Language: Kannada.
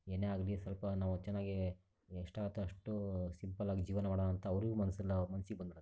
ಏನೇ ಆಗಲಿ ಸ್ವಲ್ಪ ನಾವು ಚೆನ್ನಾಗಿ ಎಷ್ಟು ಆಗತ್ತೋ ಅಷ್ಟು ಸಿಂಪಲ್ಲಾಗಿ ಜೀವನ ಮಾಡೋಣ ಅಂತ ಅವರಿಗೂ ಒಂದ್ಸಲ ಮನ್ಸಿಗೆ ಬಂದ್ಬಿಡುತ್ತೆ